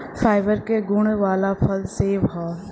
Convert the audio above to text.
fibre क गुण वाला फल सेव हौ